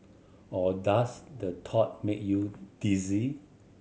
or does the thought make you dizzy